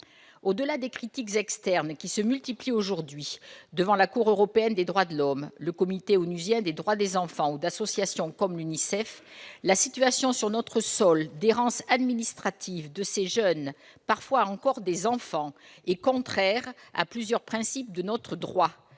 Au-delà des critiques externes qui se multiplient aujourd'hui, au sein de la Cour européenne des droits de l'homme, du Comité des droits de l'enfant de l'ONU ou de la part d'associations comme l'UNICEF, la situation sur notre sol d'errance administrative de ces jeunes, parfois encore des enfants, est contraire à plusieurs principes de notre droit